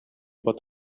pot